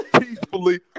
peacefully